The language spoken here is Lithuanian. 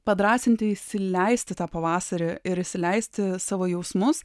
padrąsinti įsileisti tą pavasarį ir įsileisti savo jausmus